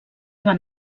van